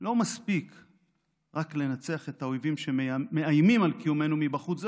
לא מספיק רק לנצח את האויבים שמאיימים על קיומנו מבחוץ,